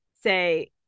say